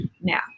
Now